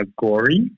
gory